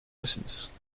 misiniz